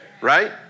Right